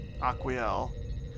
Aquiel